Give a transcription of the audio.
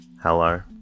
Hello